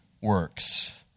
works